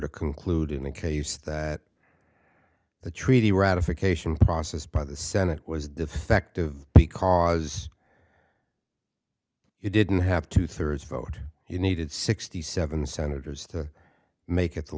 to conclude in the case that the treaty ratification process by the senate was defective because you didn't have two thirds vote you needed sixty seven senators to make it t